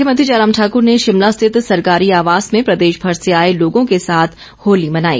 मुख्यमंत्री जयराम ठाकुर ने शिमला स्थित सरकारी आवास में प्रदेशभर से आए लोगों के साथ होली मनाई